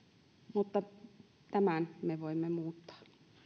mutta tämän me voimme muuttaa